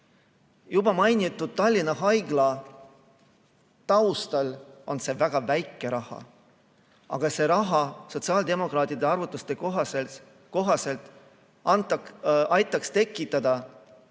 Juba mainitud Tallinna Haigla taustal on see väga väike raha. Aga see raha aitaks sotsiaaldemokraatide arvutuste kohaselt tekitada